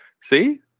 see